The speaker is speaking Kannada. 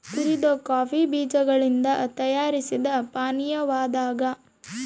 ಹುರಿದ ಕಾಫಿ ಬೀಜಗಳಿಂದ ತಯಾರಿಸಿದ ಪಾನೀಯವಾಗ್ಯದ